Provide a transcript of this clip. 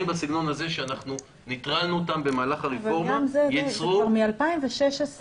יש המון חקלאים שרוצים לגדל ולא מאפשרים